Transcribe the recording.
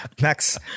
Max